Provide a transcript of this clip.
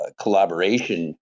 collaboration